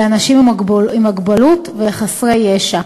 לאנשים עם מוגבלות ולחסרי ישע.